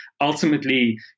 ultimately